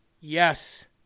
Yes